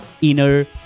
inner